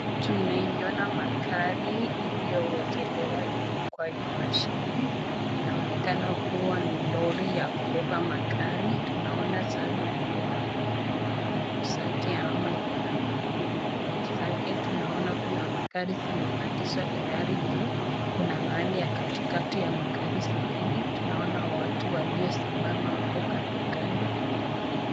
Tunaiona magari iliyo wekelewa juu kwa hii mashine, inaonekana kuwa ni lori ya kubeba magari, tunaona sana iko miguu zake ama iko na gurudumu zake. Tunaona kuna magari zimepandishwa tayari juu, kuna mahali ya katikati ya magari zingine, tunaona watu waliosimama hapo kando kando.